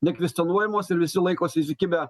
nekvestionuojamos ir visi laikosi įsikibę